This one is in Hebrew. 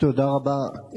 תודה רבה.